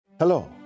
Hello